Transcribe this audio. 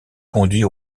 conduits